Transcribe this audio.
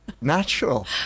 natural